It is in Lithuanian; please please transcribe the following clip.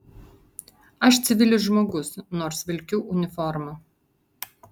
aš civilis žmogus nors vilkiu uniformą